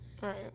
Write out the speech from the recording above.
Right